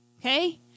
okay